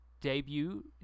debut